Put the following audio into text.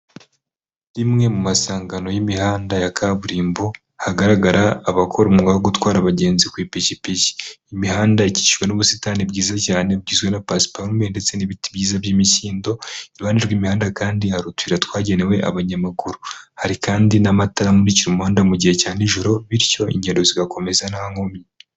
Rimwe mu masangano y'imihanda ya kaburimbo hagaragara abakora umwuga wo gutwara abagenzi kw’ipikipiki imihanda ikikishijwe n'ubusitani bwiza cyane bugizwe na pasiparume ndetse n'ibiti byiza by'imikindo iruhande rw'imihanda kandi hari utuyira twagenewe abanyamaguru hari kandi n'amatara amurikira umuhanda mu gihe cya n’ijoro bityo ingero zigakomeza nta nkomyi.